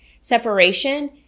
separation